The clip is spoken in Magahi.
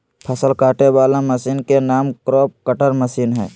फसल काटे वला मशीन के नाम क्रॉप कटर मशीन हइ